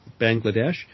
Bangladesh